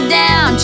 down